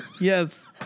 Yes